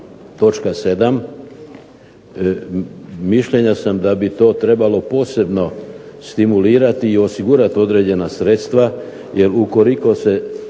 točka 7. Mišljenja sam da bi to trebalo posebno stimulirati i osigurat određena sredstva, jer ukoliko se